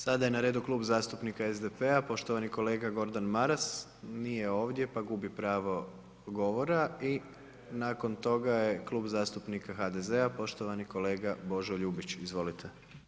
Sada je na redu Klub zastupnika SDP-a, poštovani kolega Gordan Maras, nije ovdje pa gubi pravo govora i nakon toga je Klub zastupnika HDZ-a, poštovani kolega Božo Ljubić, izvolite.